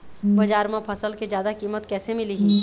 बजार म फसल के जादा कीमत कैसे मिलही?